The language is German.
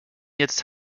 jetzt